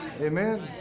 Amen